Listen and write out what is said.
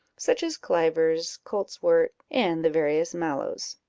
such as clivers, coltswort, and the various mallows.